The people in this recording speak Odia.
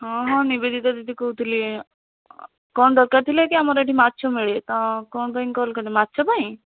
ହଁ ହଁ ନିବେଦିତା ଦିଦି କହୁଥିଲି କ'ଣ ଦରକାର ଥିଲା କି ଆମର ଏଠି ମାଛ ମିଳେ ତ କ'ଣ ପାଇଁ କଲ୍ କଲେ ମାଛ ପାଇଁ